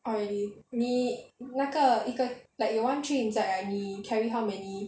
I 你那个一个 like you one drink inside right 你 carry how many